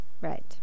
Right